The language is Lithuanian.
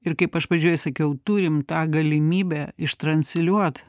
ir kaip aš pradžioje sakiau turim tą galimybę ištransliuot